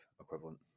equivalent